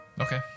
Okay